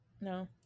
No